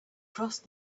crossed